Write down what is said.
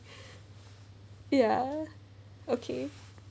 ya okay